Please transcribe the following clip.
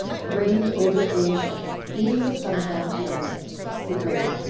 reigned over asia, being the son of antiochus the great.